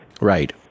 Right